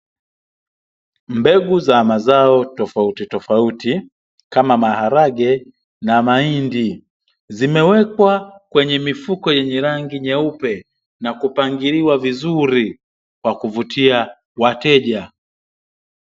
Mbegu za mazao tofauti tofauti kama maharage na mahindi, zimewekwa kwenye mifuko yenye rangi nyeupe na kupangiliwa vizuri kwa kuvutia wateja.